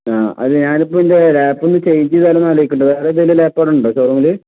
ആ അത് ഞാൻ ഇപ്പം എൻ്റെ ലാപ്പ് ഒന്ന് ചേഞ്ച് ചെയ്താലൊന്ന് ആലോചിക്കുകയാണ് വേറെ ഇതെങ്കില് ലാപ്പ് അവിടെ ഉണ്ടോ ഷോറൂമിൽ